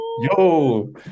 yo